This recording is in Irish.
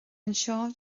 anseo